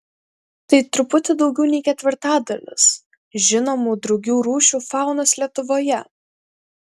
tai truputį daugiau nei ketvirtadalis žinomų drugių rūšių faunos lietuvoje